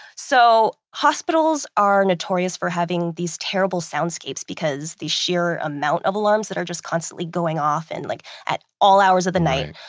so hospitals are notorious for having these terrible soundscapes because the sheer amount of alarms that are just constantly going off an and like at all hours of the night.